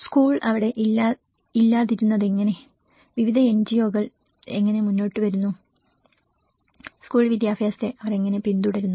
സ്കൂളുകൾ അവിടെ ഇല്ലാതിരുന്നതെങ്ങനെ വിവിധ എൻജിഒകൾ എങ്ങനെ മുന്നോട്ടുവരുന്നു സ്കൂൾ വിദ്യാഭ്യാസത്തെ അവർ എങ്ങനെ പിന്തുണച്ചു